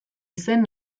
izen